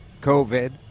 covid